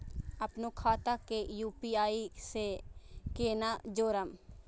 अपनो खाता के यू.पी.आई से केना जोरम?